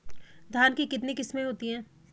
धान की कितनी किस्में होती हैं?